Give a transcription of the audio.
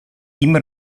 immer